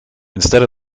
instead